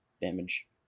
damage